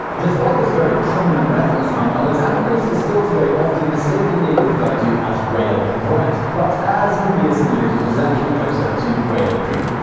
despite this very prominent reference, among others, ambergris is still today often mistakenly referred to as whale vomit. but, as previously noted, it is actually closer to whale poop.